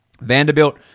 Vanderbilt